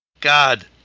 god